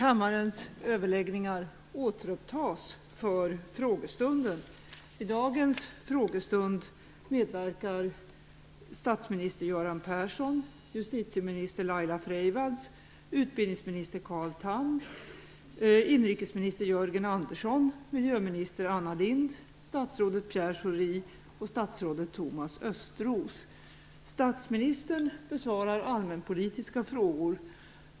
I dagens frågestund kommer följande statsråd att delta: försvarsminister Thage G Peterson, inrikesminister Jörgen Andersson, arbetsmarknadsminister Margareta Winberg, näringsminister Anders Sundström, statsrådet Leif Blomberg och statsrådet Björn von Sydow. Försvarsminister Thage G Peterson besvarar såväl allmänpolitiska frågor som frågor inom sitt eget ansvarsområde inom regeringen.